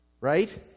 right